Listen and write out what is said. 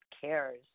cares